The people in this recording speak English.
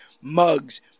mugs